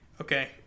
okay